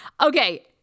Okay